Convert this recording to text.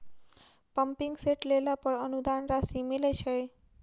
Pumping set लेला पर अनुदान राशि मिलय छैय?